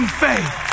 faith